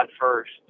first